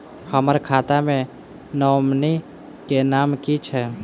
हम्मर खाता मे नॉमनी केँ नाम की छैय